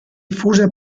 diffusa